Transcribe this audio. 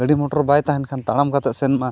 ᱜᱟᱹᱰᱤ ᱢᱚᱴᱚᱨ ᱵᱟᱭ ᱛᱟᱦᱮᱱ ᱠᱷᱟᱱ ᱛᱟᱲᱟᱢ ᱠᱟᱛᱮᱫ ᱥᱮᱱᱢᱟ